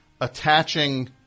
attaching